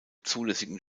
zulässigen